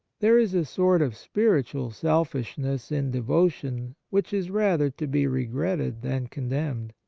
there is a sort of spiritual selfish ness in devotion which is rather to be regretted than condemned.